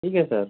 ठीक है सर